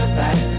back